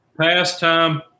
pastime